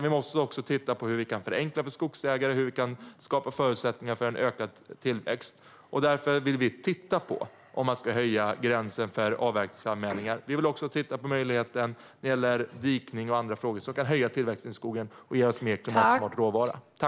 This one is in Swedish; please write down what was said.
Vi måste också titta på hur vi kan förenkla för skogsägare och skapa förutsättningar för ökad tillväxt. Därför vill vi titta på om man ska höja gränsen för avverkningsanmälan. Vi vill också titta på möjligheten när det gäller dikning och andra frågor som kan öka tillväxten i skogen och ge oss mer klimatsmart råvara.